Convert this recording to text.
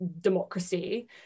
democracy